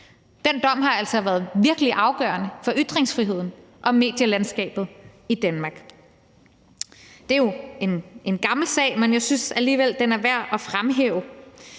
Den dom har altså været virkelig afgørende for ytringsfriheden og medielandskabet i Danmark. Det er jo en gammel sag, men jeg synes alligevel, den er værd at fremhæve.